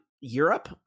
Europe